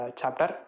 chapter